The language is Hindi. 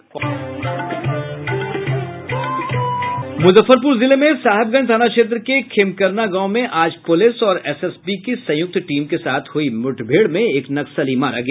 मुजफ्फरपुर जिले में साहेबगंज थाना क्षेत्र के खेमकरना गांव में आज पुलिस और एसएसबी की संयुक्त टीम के साथ हुई मुठभेड़ में एक नक्सली मारा गया